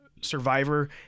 Survivor